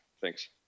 Thanks